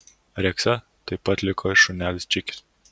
rekse taip pat liko ir šunelis čikis